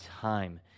time